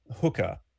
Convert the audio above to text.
hooker